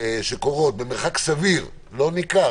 שקורות במרחק סביר לא ניכר.